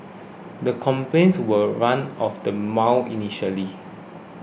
the complaints were run of the mall initially